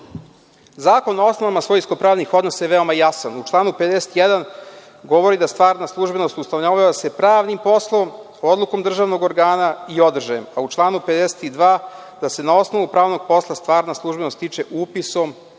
rada. Zakon o osnovama svojinsko pravnih odnosa je veoma jasan. U članu 51. govori da stvarna službenost ustanovljava se pravnim poslom, odlukom državnog organa i održajem, a u članu 52. da se na osnovu pravnog posla stvarna službenost stiče upisom